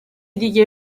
دیگه